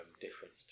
difference